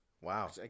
Wow